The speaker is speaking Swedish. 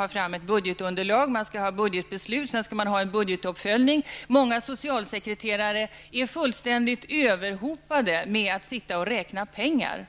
ha fram ett budgetunderlag, man skall ha budgetbeslut, och sedan skall man göra en budgetuppföljning. Många socialsekreterare är fullständigt överhopade av uppgifterna att på olika sätt räkna pengar.